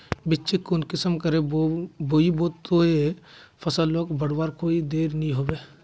बिच्चिक कुंसम करे बोई बो ते फसल लोक बढ़वार कोई देर नी होबे?